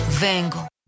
vengo